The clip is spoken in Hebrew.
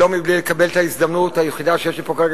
לא בלי לקבל את ההזדמנות היחידה שיש לי פה כרגע,